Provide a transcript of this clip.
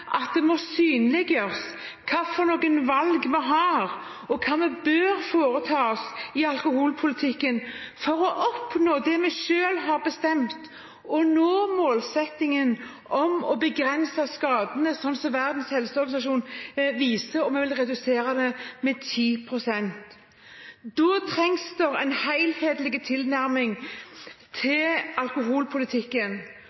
at det må synliggjøres hvilke valg vi har, og hva vi bør foreta oss i alkoholpolitikken for å oppnå det vi selv har bestemt – å nå målsettingen om å begrense skadene, slik Verdens helseorganisasjon viser, og redusere dem med 10 pst. – trengs det en helhetlig tilnærming